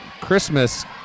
Christmas